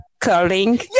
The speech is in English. curling